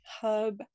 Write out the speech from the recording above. hub